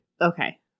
Okay